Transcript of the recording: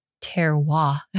terroir